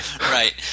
Right